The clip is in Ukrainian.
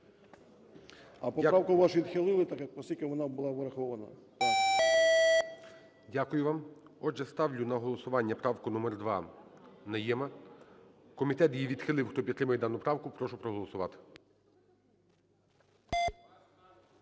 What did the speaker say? А поправку вашу відхилили, оскільки вона була врахована. ГОЛОВУЮЧИЙ. Дякую вам. Отже, ставлю на голосування правку номер 2 Найєма. Комітет її відхилив. Хто підтримує дану правку, прошу проголосувати.